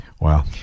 Wow